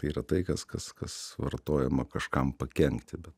tai yra tai kas kas kas vartojama kažkam pakenkti bet